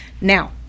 Now